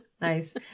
Nice